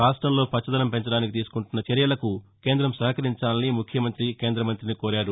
రాష్టంలో పచ్చదనం పెంచడానికి తీసుకుంటున్న చర్యలకు కేందం సహకరించాలని ముఖ్యమంతి కేంద మంతిని కోరారు